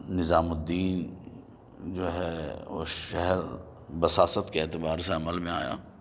نظام الدّین جو ہے وہ شہر بصارت کے اعتبار سے عمل میں آیا